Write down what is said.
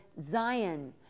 Zion